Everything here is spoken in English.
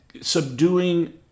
Subduing